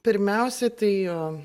pirmiausia tai jo